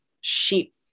sheep